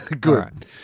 Good